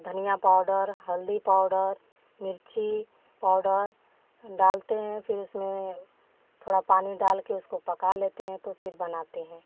अ धनिया पाउडर हल्दी पाउडर मिर्ची पाउडर डालते हैं फिर उसमें थोड़ा पानी डालकर उसको पका लेते हैं तो फिर बनाते हैं